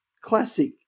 classic